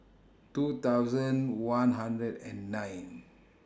two thousand one hundred and nine